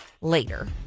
later